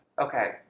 Okay